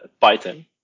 Python